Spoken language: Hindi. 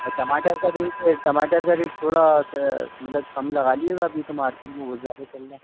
टमाटर का रेट टमाटर का रेट थोड़ा मतलब कम लगा लीजिएगा अभी तो मार्केट भी बहुत ज़्यादा चल रहा है